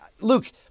Luke